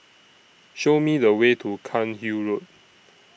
Show Me The Way to Cairnhill Road